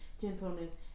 gentleness